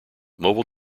mobile